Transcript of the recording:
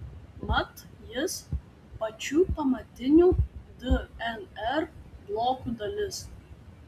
mat jis pačių pamatinių dnr blokų dalis